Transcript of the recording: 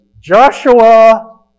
Joshua